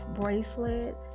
bracelet